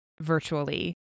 virtually